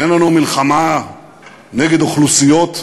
אין לנו מלחמה נגד אוכלוסיות,